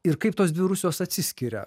ir kaip tos dvi rusijos atsiskiria